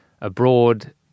abroad